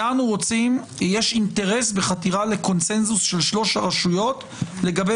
יש אינטרס בחתירה לקונצנזוס של שלוש הרשויות לגבי